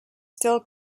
still